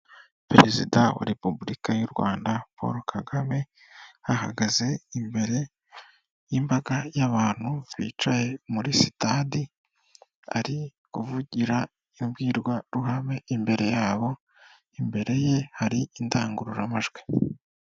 Perezida wa Repubulika y'u Rwanda Paul Kagame, ahagaze imbere y'imbaga y'abantu, bicaye muri sitade, ari kuvugira imbwirwaruhame imbere yabo, imbere ye hari indangururamajwi.